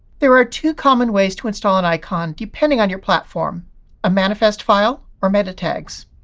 there are two common ways to install an icon depending on your platform a manifest file or meta tags.